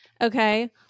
okay